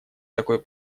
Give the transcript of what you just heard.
такой